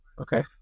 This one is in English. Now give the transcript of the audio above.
Okay